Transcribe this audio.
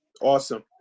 Awesome